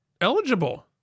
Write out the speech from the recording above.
eligible